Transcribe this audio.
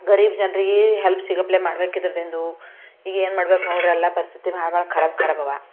ಗರೀಬ್ ಜನರಿಗೆ ಹೆಲ್ಪ್ ಸಿಗಪ್ಲೆ ಮಾಡ್ಬೇಕು ಇದರಿಂದ ಈಗೇನು ಮಾಡ್ಬೇಕು ನೋಡಿರಿ ಎಲ್ಲ ಪರಿಸ್ಥಿತಿ ಭಾಳ ಭಾಳ ಖರಾಬ್ ಖರಾಬ್ ಅವ